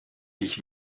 ich